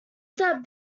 step